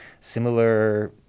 similar